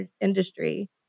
industry